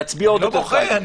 ולהצביע עוד יותר קל.